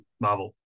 Marvel